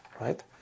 right